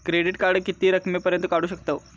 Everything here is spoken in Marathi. क्रेडिट कार्ड किती रकमेपर्यंत काढू शकतव?